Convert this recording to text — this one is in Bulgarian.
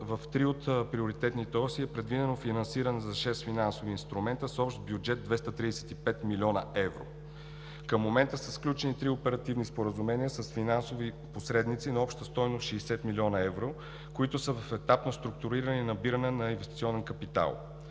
в три от приоритетните оси е предвидено финансиране за шест финансови инструмента с общ бюджет 235 млн. евро. Към момента са сключени три оперативни споразумения с финансови посредници на обща стойност 60 млн. евро, които са в етап на структуриране и набиране на инвестиционен капитал.